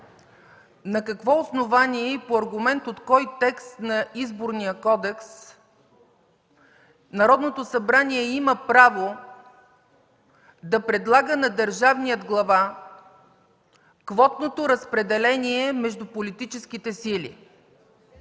на какво основание и по аргумент от кой текст на Изборния кодекс Народното събрание има право да предлага на държавния глава квотното разпределение между политическите сили?